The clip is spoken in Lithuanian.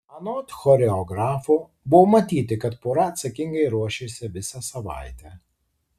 anot choreografo buvo matyti kad pora atsakingai ruošėsi visą savaitę